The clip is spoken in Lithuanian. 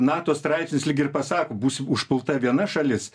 nato straipsnis lyg ir pasako bus užpulta viena šalis